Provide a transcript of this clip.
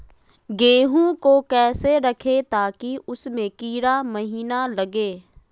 गेंहू को कैसे रखे ताकि उसमे कीड़ा महिना लगे?